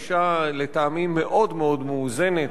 היא אשה, לטעמי, מאוד מאוד מאוזנת.